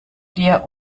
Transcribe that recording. dir